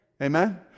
Amen